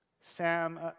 Sam